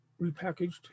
repackaged